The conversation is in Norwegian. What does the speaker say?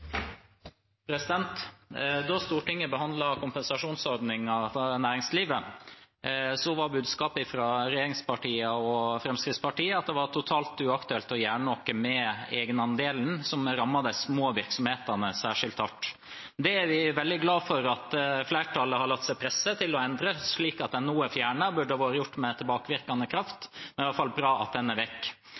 replikkordskifte. Da Stortinget behandlet kompensasjonsordningen for næringslivet, var budskapet fra regjeringspartiene og Fremskrittspartiet at det var totalt uaktuelt å gjøre noe med egenandelen som rammet de små virksomhetene særskilt hardt. Det er vi veldig glad for at flertallet har latt seg presse til å endre, slik at det nå er fjernet. Det burde vært gjort med tilbakevirkende kraft, men det er i alle fall bra at den er vekk.